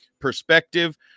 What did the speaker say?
perspective